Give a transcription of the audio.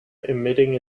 emitting